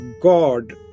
God